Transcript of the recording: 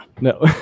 no